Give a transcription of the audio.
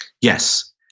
Yes